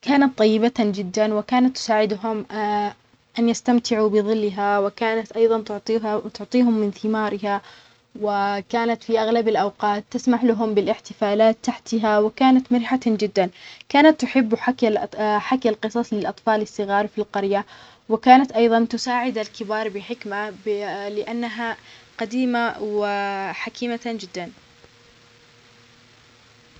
كانت طيبة جدًا وكانت تساعدهم أن يستمتعوا بظلها، وكانت أيضًا تعطيها- تعطيهم من ثمارها، وكانت في أغلب الأوقات تسمح لهم بالاحتفالات تحتها، وكانت مرحة جدًا، كانت تحب حكي القصص للأطفال الصغار في القرية، وكانت أيضًا تساعد الكبار بحكمة لأنها قديمة و (اا) حكيمة جدًا.